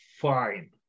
fine